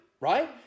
right